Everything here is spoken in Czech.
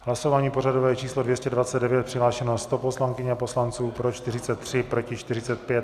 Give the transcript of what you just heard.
Hlasování pořadové číslo 229, přihlášeno 100 poslankyň a poslanců, pro 43, proti 45.